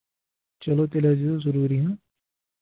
چلو تیٚلہِ حظ یِیٖزیٚو ضروٗری